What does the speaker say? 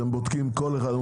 אתם בודקים כל אחד?